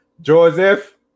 Joseph